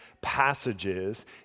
passages